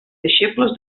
deixebles